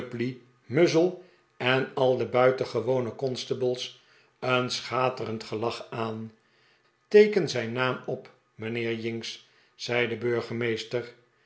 muzzle en al de buitengewone constables een schaterend gelach aan teeken zijn naam op mijnheer jinks zei de burgemeester